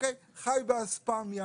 חי באספמיה.